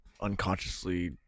unconsciously